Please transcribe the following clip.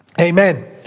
Amen